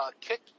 kick